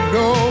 no